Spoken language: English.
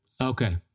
Okay